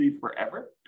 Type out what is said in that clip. forever